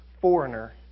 foreigner